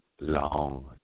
long